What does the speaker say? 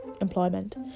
employment